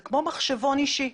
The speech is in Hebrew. זה כמו מחשבון אישי.